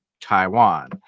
Taiwan